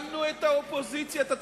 שמנו את האופוזיציה, סגנית השר הגיעה.